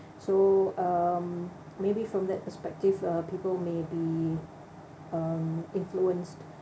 so um maybe from that perspective uh people may be um influenced